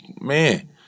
man